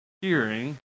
Hearing